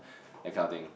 that kind of thing